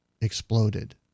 exploded